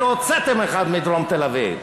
כי לא הוצאתם אחד מדרום תל-אביב.